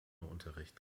unterricht